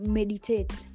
meditate